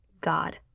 God